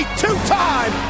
two-time